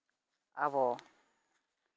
ᱟᱵᱚ